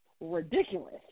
ridiculous